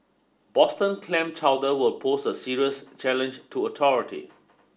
Boston clam chowder will pose a serious challenge to authority